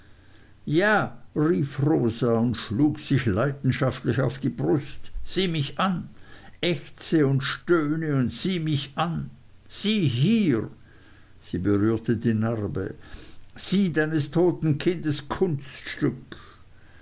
ja rief rosa und schlug sich leidenschaftlich auf die brust sieh mich an ächze und stöhne und sieh mich an sieh her sie berührte die narbe sieh deines toten kindes kunststück